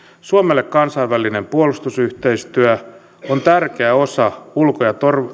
suomelle kansainvälinen puolustusyhteistyö on tärkeä osa ulko ja